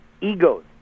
egos